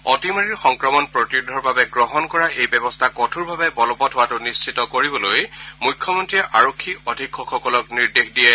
অতিমাৰীৰ সংক্ৰমণ প্ৰতিৰোধৰ বাবে গ্ৰহণ কৰা এই ব্যৱস্থা কঠোৰভাৱে বলৱৎ হোৱাটো নিশ্চিত কৰিবলৈ মুখ্যমন্ত্ৰীয়ে আৰক্ষী অধীক্ষকসকলক নিৰ্দেশ দিয়ে